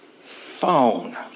phone